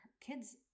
kids